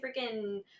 freaking